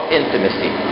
intimacy